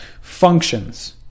functions